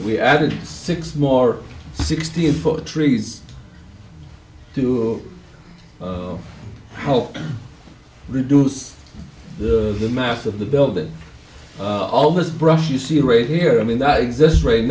we added six more sixteen foot trees to help reduce the mass of the building almost brush you see right here i mean that exists right